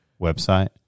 website